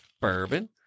bourbon